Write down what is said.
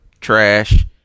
Trash